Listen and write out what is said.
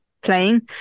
playing